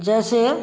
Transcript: जैसे